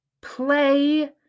play